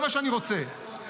ברהט